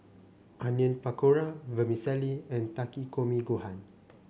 Onion Pakora Vermicelli and Takikomi Gohan